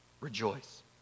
Rejoice